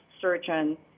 surgeon